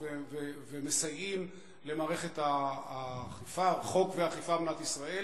ומסייעים למערכת החוק והאכיפה במדינת ישראל.